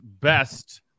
best